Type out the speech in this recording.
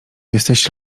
jesteś